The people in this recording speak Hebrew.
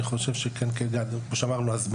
אני חושב שכדאי לעשות הסברה,